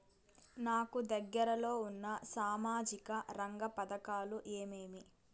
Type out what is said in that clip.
నాకు దగ్గర లో ఉన్న సామాజిక రంగ పథకాలు ఏమేమీ?